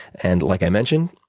and like i mentioned,